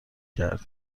کرد